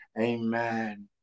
amen